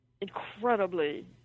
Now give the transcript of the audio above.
incredibly